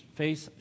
face